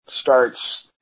starts